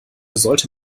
sollte